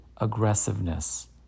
aggressiveness